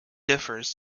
differs